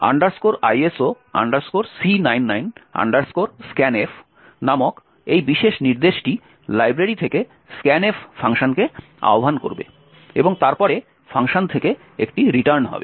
iso c99 scanf নামক এই বিশেষ নির্দেশটি লাইব্রেরি থেকে scanf ফাংশনকে আহ্বান করবে এবং তারপরে ফাংশন থেকে একটি রিটার্ন হবে